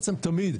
בעצם תמיד,